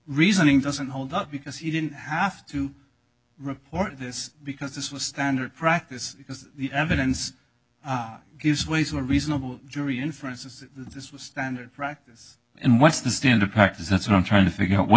reasoning doesn't hold up because he didn't have to report this because this was standard practice because the evidence gives way to a reasonable jury inferences this was standard practice and what's the standard practice that's what i'm trying to figure out what